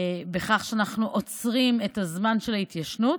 בכך שאנחנו עוצרים את הזמן של ההתיישנות,